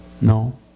No